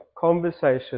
conversation